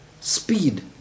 speed